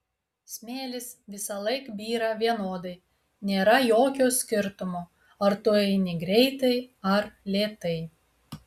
smėlis visąlaik byra vienodai nėra jokio skirtumo ar tu eini greitai ar lėtai